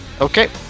Okay